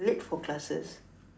late for classes